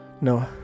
No